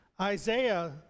Isaiah